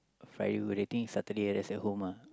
Friday go dating Saturday rest at home ah